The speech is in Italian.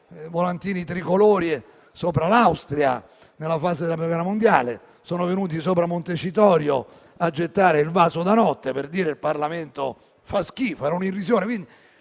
volantini tricolori sopra l'Austria, nella fase della prima guerra mondiale; sono venuti sopra Montecitorio a gettare il vaso da notte, per dire che il Parlamento faceva schifo (in segno di irrisione).